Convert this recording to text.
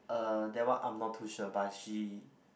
uh that one I'm not too sure but she